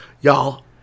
y'all